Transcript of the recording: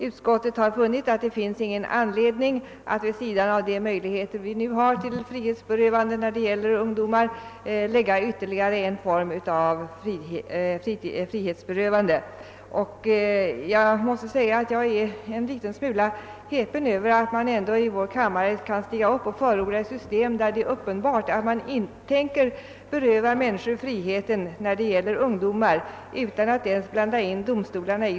Utskottet har funnit att det inte är någon anledning att vid sidan av de möjligheter, som vi nu har till frihetsberövande för ungdomar, införa ytterligare en form av frihetsberövande. Jag måste säga att jag är en smula häpen över att någon här i kammaren ändå kan stiga upp och förorda ett system, enligt vilket man uppenbarligen vill beröva ungdomar friheten utan att ens blanda in domstolarna.